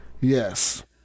Yes